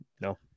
no